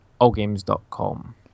allgames.com